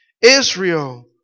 Israel